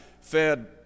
fed